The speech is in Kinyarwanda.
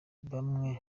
bamwe